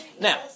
Now